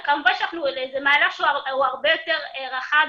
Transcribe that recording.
זה מהלך שהוא הרבה יותר רחב